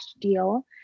deal